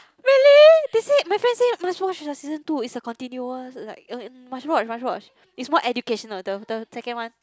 really they say my friend say must watch the season two it's the continuous like uh must watch must watch is more education the the second one